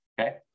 Okay